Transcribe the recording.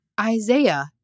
Isaiah